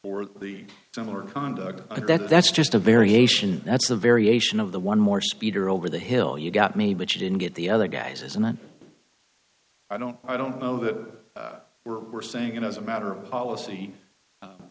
for the similar conduct and that's just a variation that's a variation of the one more speeder over the hill you got me but you didn't get the other guys isn't i don't i don't know that we're saying it as a matter of policy